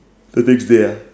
the next day ah